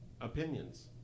opinions